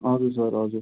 हजुर सर हजुर